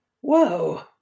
Whoa